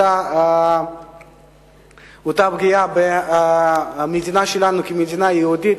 אותה פגיעה במדינה שלנו כמדינה יהודית,